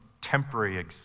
temporary